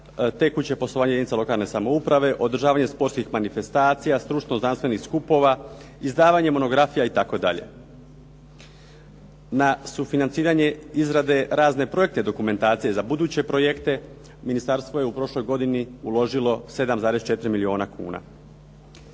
tekuće poslovanje jedinica lokalne samouprave, održavanje sportskih manifestacija, stručno-znanstvenih skupova, izdavanje monografija itd. Na sufinanciranje izrade razne projekte dokumentacije za buduće projekte ministarstvo je u prošloj godini uložilo 7,4 milijuna kuna.